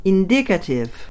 Indicative